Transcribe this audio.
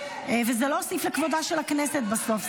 וזה לא הוסיף לכבודה של הכנסת בסוף.